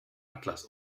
atlas